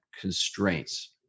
constraints